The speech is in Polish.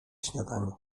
śniadanie